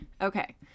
Okay